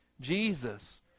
Jesus